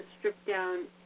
stripped-down